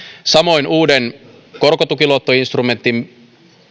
samoin uuden korkotukiluottoinstrumentin